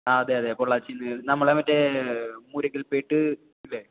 ആ അതെയതെ പൊള്ളാച്ചിയിൽ നിന്ന് നമ്മുടെ മറ്റെ മുരുഗൽപേട്ട് ഇല്ലേ